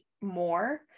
more